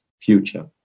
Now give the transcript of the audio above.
future